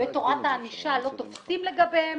בתורת הענישה לא תופסים לגביהם,